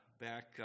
back